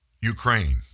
Ukraine